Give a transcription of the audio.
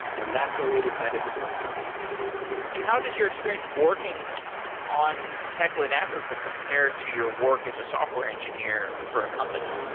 and that's when we decided to do it full-time how does your experience working on techlit africa compare to your work as a software engineer for a company?